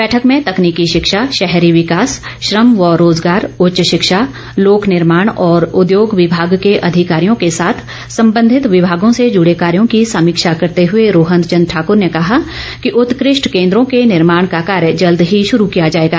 बैठक में तकनीकी शिक्षा शहरी विकास श्रम एवं रोजगार उच्च शिक्षा लोक निर्माण और उद्योग विभाग के अधिकारियों के साथ संबंधित विभागों से जुड़े कार्यों की समीक्षा करते हुए रोहन चंद ठाकर ने कहा कि उत्कष्ठ केन्द्रों के निर्माण का कार्य जल्द ही शुरू किया जाएगा